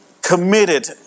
committed